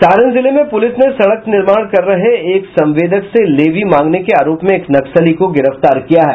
सारण जिले में पुलिस ने सड़क निर्माण कर रहे एक संवेदक से लेवी मांगने के आरोप में एक नक्सली को गिरफ्तार किया है